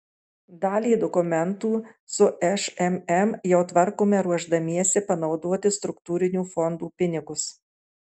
dalį dokumentų su šmm jau tvarkome ruošdamiesi panaudoti struktūrinių fondų pinigus